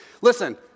Listen